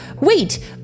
Wait